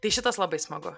tai šitas labai smagu